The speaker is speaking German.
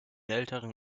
älteren